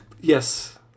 Yes